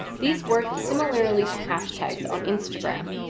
these work similarly to hashtags on instagram,